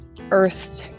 earth